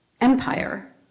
empire